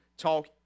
talk